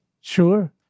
Sure